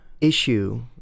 issue